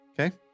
Okay